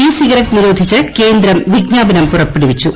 E cigarette നിരോധിച്ച്കേന്ദ്രം വിജ്ഞാപനം പുറപ്പെടുവിച്ചു